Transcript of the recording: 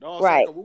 Right